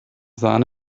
sahne